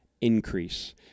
increase